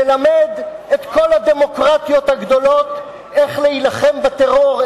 ללמד את כל הדמוקרטיות הגדולות איך להילחם בטרור,